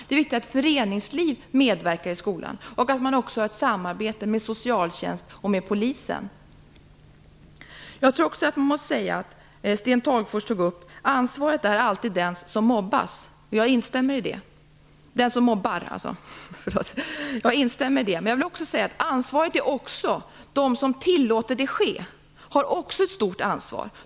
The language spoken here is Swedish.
Det är viktigt att föreningslivet medverkar i skolan och att man har ett samarbete med socialtjänsten och med polisen. Sten Tolgfors tog upp detta att det alltid är den som mobbar som har ansvaret. Jag instämmer i det. Men jag vill också säga att de som tillåter att mobbning sker också har ett stort ansvar.